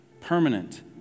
permanent